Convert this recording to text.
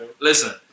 Listen